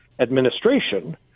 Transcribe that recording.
administration